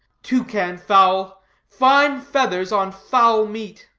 toucan fowl. fine feathers on foul meat.